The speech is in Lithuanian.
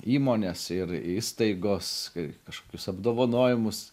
įmonės ir įstaigos kai kažkokius apdovanojimus